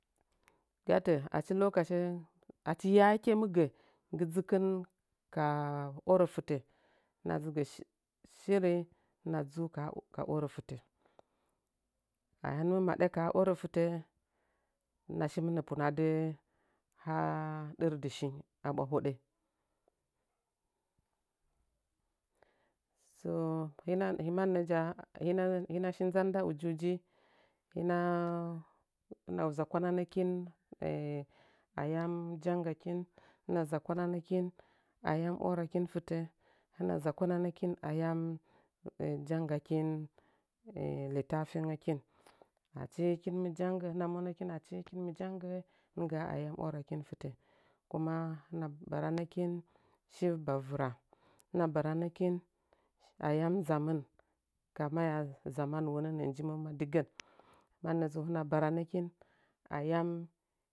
Gatə “achi loka ce – achi yake mɨ gə” nggɨ dzɨkɨn ka orə fɨtə hɨna dzɨ gə shiri hɨnəa dzuu ka orə fɨtə ahɨn mɨ maɗye ka ha orə fɨtə hɨnə shi mɨnə punadɨ ha ɗər dɨshing a ɓwa hoɗə. Soh “hɨnəa – manjəja – hɨnəa hinəa shi nzam nda ujiuji “hɨnəa – hinəa zakwananəkin hɨna zakwananəkin ayau ‘warakin fɨtə hɨna zakwananəkin ayan jan-ngakin littafe ngəkin achi hɨkin mɨ jan ggə hɨnəa monəkin achi hɨkin mɨ jannggə nɨngga’a ayam warakin fɨtə kuma hɨna baranəkin shi bavɨra hɨn baranəkin ayau nzamɨn ka maya zamanuwənənə nə njiiməm adigən manətsu hɨna baranəkin ayanu.